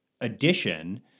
addition